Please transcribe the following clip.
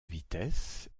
vitesse